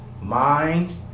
Mind